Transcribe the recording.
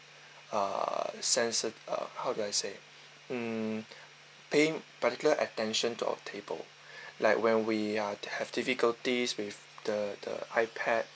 uh sensi~ uh how do I say mm paying particular attention to our table like when we are have difficulties with the the iPad